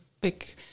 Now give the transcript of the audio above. big